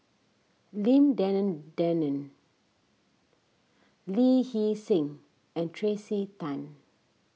Lim Denan Denon Lee Hee Seng and Tracey Tan